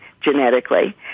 genetically